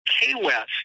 K-West